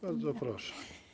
Bardzo proszę.